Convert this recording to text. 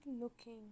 looking